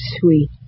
sweet